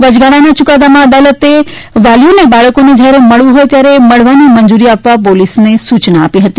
વચગાળાના યુકાદામાં અદાલતે વાલીઓને બાળકોને જ્યારે મળવું હોય ત્યારે મળવાની મંજુરી આપવા પોલીસને સૂચના આપી છે